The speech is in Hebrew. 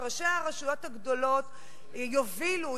שראשי הרשויות הגדולות יובילו,